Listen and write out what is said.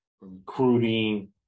recruiting